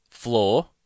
Floor